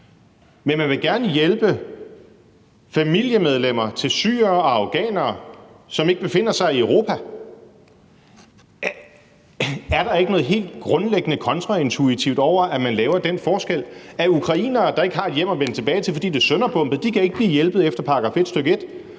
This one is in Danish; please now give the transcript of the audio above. Men man vil gerne hjælpe familiemedlemmer til syrere og afghanere, som ikke befinder sig i Europa. Er der ikke noget helt grundlæggende kontraintuitivt over, at man laver den forskel, at ukrainere, der ikke har noget hjem at vende tilbage til, fordi det er sønderbombet, ikke kan blive hjulpet efter § 1, stk. 1,